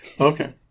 Okay